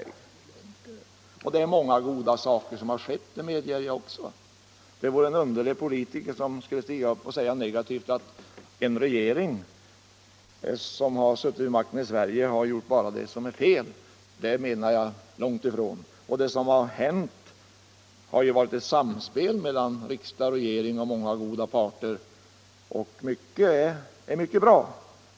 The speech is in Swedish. Jag medger också att det är många goda saker som har skett. Det vore en underlig politiker som skulle stiga upp och säga negativt att en regering som länge har suttit vid makten i Sverige bara har gjort det som är fel. Det menar jag långt ifrån. Det som har hänt har ju varit ett resultat av ett samspel mellan riksdag och regering och många goda parter, och mycket är utomordentligt bra.